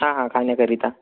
हां हां खाण्याकरिता